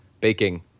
baking